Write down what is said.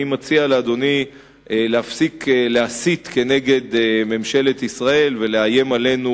אני מציע לאדוני להפסיק להסית נגד ממשלת ישראל ולאיים עלינו